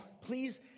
please